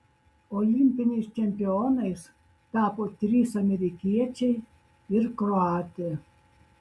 olimpiniais čempionais tapo trys amerikiečiai ir kroatė